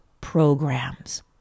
programs